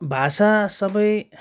भाषा सबै